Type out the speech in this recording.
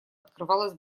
открывалась